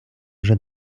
вже